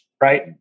right